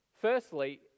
Firstly